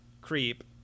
Creep